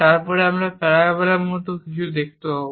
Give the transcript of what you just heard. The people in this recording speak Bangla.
তারপরে আমরা প্যারাবোলার মতো কিছু দেখতে পাব